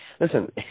listen